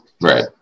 Right